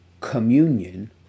communion